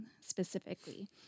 specifically